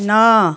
नौ